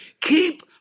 Keep